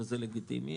וזה לגיטימי,